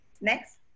Next